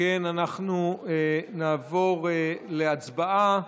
אנחנו נעבור להצבעה.